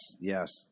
Yes